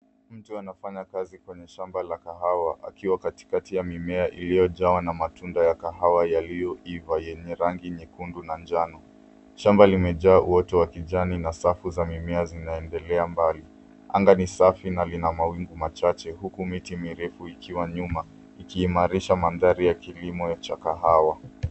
Mtu anafanya kazi kwenye shamba la kahawa, akiwa katikati ya mimea iliyojawa na matunda ya kahawa yaliyoiva yenye rangi nyekundu na njano. Shamba limejaa uoto wa kijani na safu za mimea zinaendelea mbali. Anga ni safi na lina mawingu machache, huku miti mirefu ikiwa nyuma ikihimarisha mandhari ya kilimo cha kahawa.